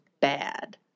bad